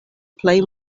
plej